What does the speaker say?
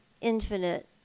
infinite